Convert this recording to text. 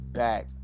back